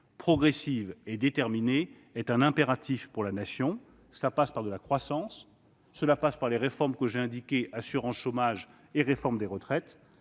progressive et déterminée, est un impératif pour la Nation. Cela passe par de la croissance ; cela passe également par les réformes que j'ai indiquées- assurance chômage et réforme des retraites